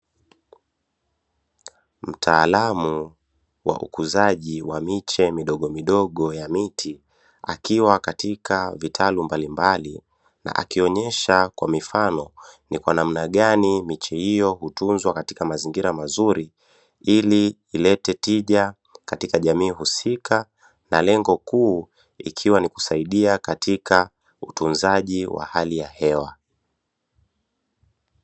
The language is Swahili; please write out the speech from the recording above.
Mtaalamu wa ukuzaji wa miche midogomidogo ya miti akiwa katika vitaru mbalimbali na akionesha kwa mifano ni kwa namna gani miche hio hutunza katika mazingira mazuri ili ilete tija katika jamii husika, Na lengo kuu ikiwa ni kusaidia katika utunzaji wa hali ya hewa.